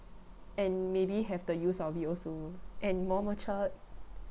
and maybe have the use of it also and more mature